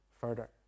further